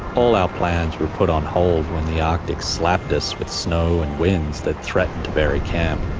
all our plans were put on hold when the arctic slapped us with snow and winds that threatened to bury camp.